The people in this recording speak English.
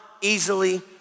easily